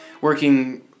working